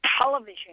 television